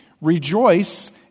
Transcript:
Rejoice